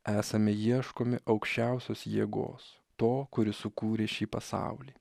esame ieškomi aukščiausios jėgos to kuris sukūrė šį pasaulį